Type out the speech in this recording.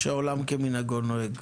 או שהעולם כמנהגו נוהג?